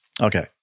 Okay